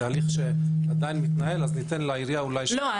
זה הליך שעדיין מתנהל אז ניתן לעירייה --- לא,